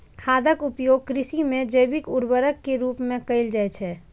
खादक उपयोग कृषि मे जैविक उर्वरक के रूप मे कैल जाइ छै